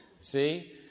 see